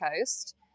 coast